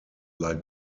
like